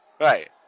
Right